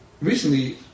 Recently